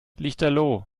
lichterloh